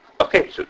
okay